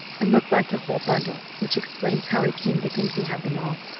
and looked like the whole bundle, which explains how he came to think he had them all.